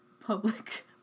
public